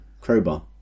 Crowbar